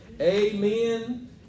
Amen